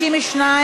שם המדינה),